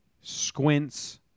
Squints